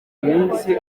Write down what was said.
iminsi